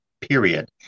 period